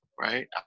right